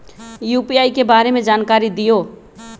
UPI के बारे में जानकारी दियौ?